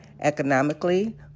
economically